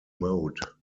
mode